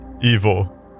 evil